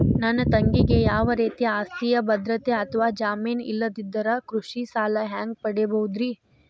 ನನ್ನ ತಂಗಿಗೆ ಯಾವ ರೇತಿಯ ಆಸ್ತಿಯ ಭದ್ರತೆ ಅಥವಾ ಜಾಮೇನ್ ಇಲ್ಲದಿದ್ದರ ಕೃಷಿ ಸಾಲಾ ಹ್ಯಾಂಗ್ ಪಡಿಬಹುದ್ರಿ?